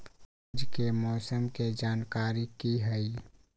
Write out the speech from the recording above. आज के मौसम के जानकारी कि हई?